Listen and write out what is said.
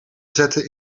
zetten